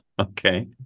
Okay